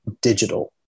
digital